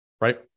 right